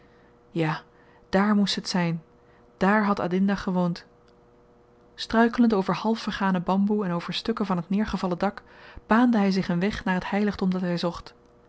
ja dààr moest het zyn dààr had adinda gewoond struikelend over halfvergane bamboe en over stukken van t neergevallen dak baande hy zich een weg naar t heiligdom dat hy zocht